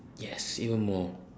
yes even more